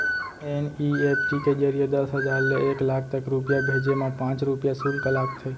NEFT के जरिए दस हजार ले एक लाख तक रूपिया भेजे मा पॉंच रूपिया सुल्क लागथे